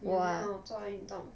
你有没有做运动